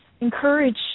encourage